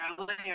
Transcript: earlier